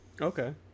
Okay